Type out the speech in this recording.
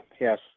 yes